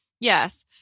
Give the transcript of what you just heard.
Yes